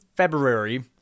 February